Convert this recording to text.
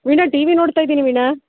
Veena TV ನೋಡ್ತಾ ಇದ್ದೀನಿ ವೀಣಾ